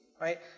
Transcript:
right